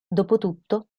dopotutto